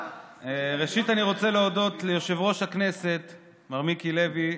ראשית אני רוצה להודות ליושב-ראש הכנסת מר מיקי לוי,